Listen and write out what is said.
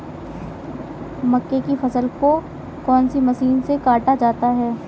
मक्के की फसल को कौन सी मशीन से काटा जाता है?